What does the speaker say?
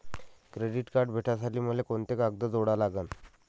Credit card भेटासाठी मले कोंते कागद जोडा लागन?